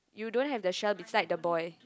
you don't have the shell beside the boy